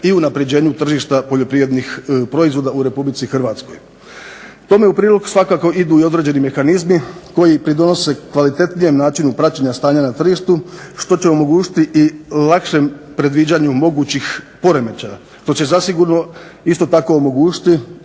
i unapređenju tržišta poljoprivrednih proizvoda u Republici Hrvatskoj. Tome u prilog svakako idu i određeni mehanizmi koji pridonose kvalitetnijem načinu praćenja stanja na tržištu što će omogućiti i lakšem predviđanju mogućih poremećaja što će zasigurno isto tako omogućiti